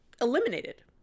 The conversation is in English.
eliminated